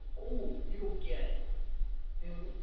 oh, you don't get and